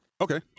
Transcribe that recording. Okay